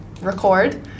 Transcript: record